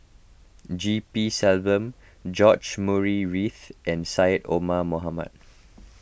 G P Selvam George Murray Reith and Syed Omar Mohamed